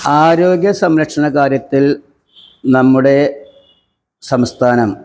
ആരോഗ്യ സംരക്ഷണ കാര്യത്തില് നമ്മുടെ സംസ്ഥാനം